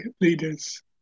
leaders